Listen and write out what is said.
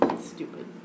stupid